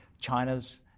China's